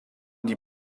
die